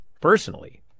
personally